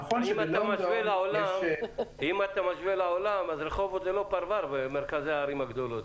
-- אם אתה משווה לעולם אז רחובות זה לא פרבר במרכז הערים הגדולות,